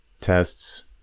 tests